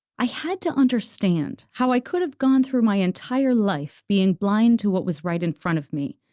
i had to understand how i could have gone through my entire life being blind to what was right in front of me,